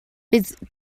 bydd